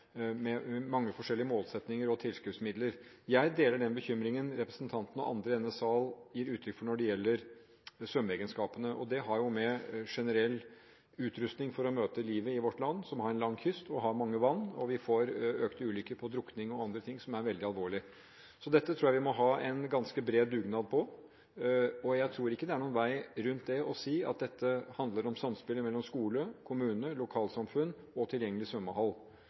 mange forskjellige målsettinger og tilskuddsmidler. Jeg deler den bekymringen representanten og andre i denne sal gir uttrykk for når det gjelder svømmeegenskapene. Det har å gjøre med generell utrusting for å møte livet i vårt land, som har en lang kyst og mange vann. Vi får flere drukningsulykker og annet som er veldig alvorlig, så dette tror jeg vi må ha en ganske bred dugnad på. Jeg tror ikke det er noen vei utenom det å si at dette handler om samspillet mellom skole, kommune, lokalsamfunn og tilgjengelig svømmehall.